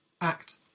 Act